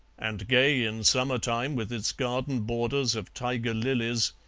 and gay in summertime with its garden borders of tiger-lilies,